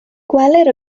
gwelir